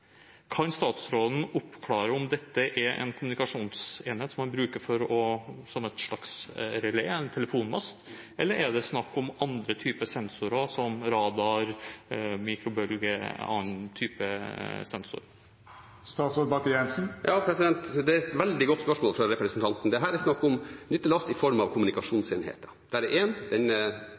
Kan statsråden oppklare om dette er en kommunikasjonsenhet som man bruker som et slags relé, en telefonmast, eller er det snakk om andre typer sensorer som radar, mikrobølger eller annen type sensor? Det er et veldig godt spørsmål fra representanten. Dette er snakk om nyttelast i form av kommunikasjonsenheter. Det er en